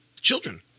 children